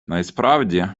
насправді